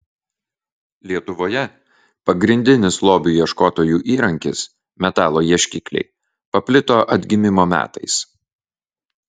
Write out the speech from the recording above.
lietuvoje pagrindinis lobių ieškotojų įrankis metalo ieškikliai paplito atgimimo metais